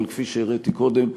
אבל כפי שהראיתי קודם,